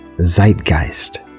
Zeitgeist